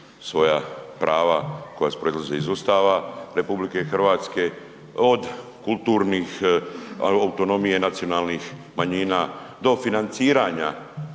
svoja prava koja proizlaze iz Ustava RH od kulturnih, autonomije nacionalnih manjina, do financiranja